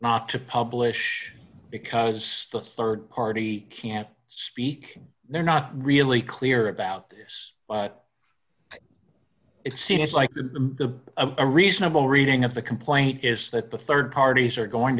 not to publish because the rd party can't speak they're not really clear about this but it seems like the the a reasonable reading of the complaint is that the rd parties are going